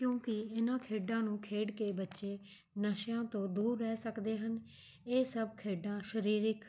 ਕਿਉਂਕਿ ਇਹਨਾਂ ਖੇਡਾਂ ਨੂੰ ਖੇਡ ਕੇ ਬੱਚੇ ਨਸ਼ਿਆਂ ਤੋਂ ਦੂਰ ਰਹਿ ਸਕਦੇ ਹਨ ਇਹ ਸਭ ਖੇਡਾਂ ਸਰੀਰਿਕ